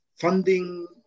funding